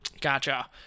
Gotcha